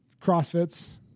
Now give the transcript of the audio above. Crossfits